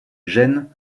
gênes